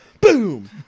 boom